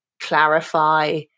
clarify